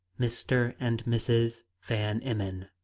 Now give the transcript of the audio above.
mr. and mrs. van emmon,